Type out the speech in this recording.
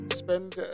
Spend